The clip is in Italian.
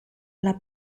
alla